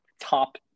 top